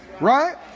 Right